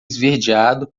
esverdeado